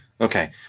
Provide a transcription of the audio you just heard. Okay